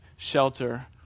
Shelter